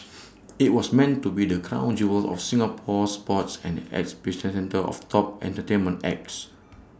IT was meant to be the crown jewel of Singapore sports and the epicentre of top entertainment acts